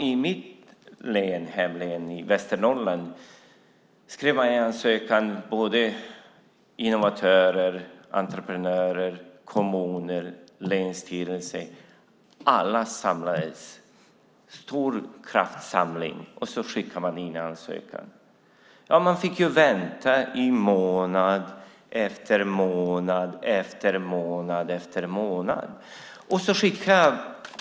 I mitt hemlän, Västernorrland, samlades alla i en stor kraftsamling. Innovatörer, entreprenörer, kommuner och länsstyrelse skrev en ansökan och skickade in. Man fick vänta i månad efter månad efter månad.